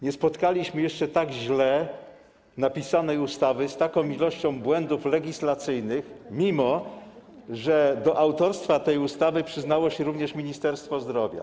Nie spotkaliśmy jeszcze tak źle napisanej ustawy, z taką ilością błędów legislacyjnych, mimo że do autorstwa tej ustawy przyznało się również Ministerstwo Zdrowia.